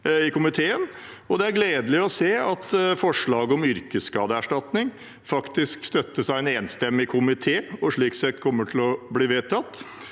Det er gledelig å se at forslaget om yrkesskadeerstatning faktisk støttes av en enstemmig komité og dermed kommer til å bli vedtatt.